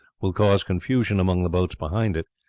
will cause confusion among the boats behind it,